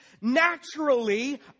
Naturally